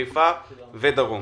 לחיפה ולדרום?